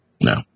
No